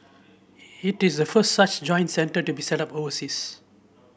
it is a first such joint centre to be set up overseas